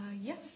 Yes